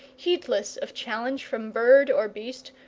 heedless of challenge from bird or beast,